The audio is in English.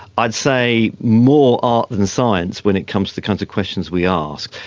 i'd say more art than science when it comes to the kinds of questions we ask.